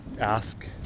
ask